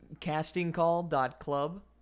Castingcall.club